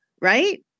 Right